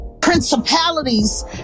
principalities